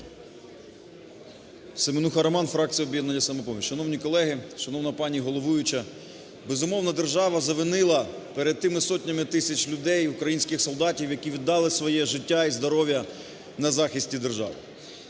Семенуха Роман, фракція "Об'єднання "Самопоміч". Шановні колеги, шановна пані головуюча, безумовно, держава завинила перед тими сотнями тисяч людей, українських солдатів, які віддали своє життя і здоров'я на захисті держави.